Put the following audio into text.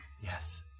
Yes